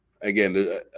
Again